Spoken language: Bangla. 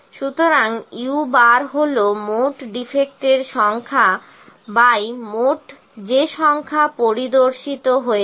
সুতরাং u হল মোট ডিফেক্টের সংখ্যা বাই মোট যে সংখ্যা পরিদর্শিত হয়েছে